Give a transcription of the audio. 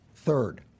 Third